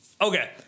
Okay